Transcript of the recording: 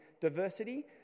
diversity